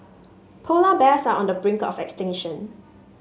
polar bears are on the brink of extinction